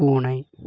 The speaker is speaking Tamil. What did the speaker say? பூனை